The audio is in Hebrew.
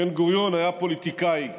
בן-גוריון היה פוליטיקאי,